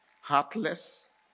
heartless